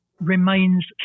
remains